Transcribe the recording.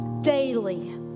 daily